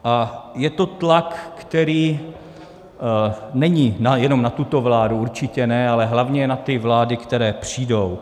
A je to tlak, který není jenom na tuto vládu, určitě ne, ale hlavně na ty vlády, které přijdou.